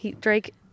Drake